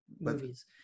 movies